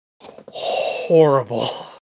horrible